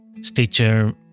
Stitcher